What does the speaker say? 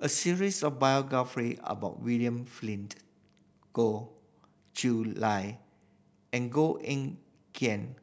a series of biography about William Flint Goh Chiew Lye and Goh Eng Kian